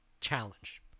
challenge